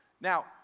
Now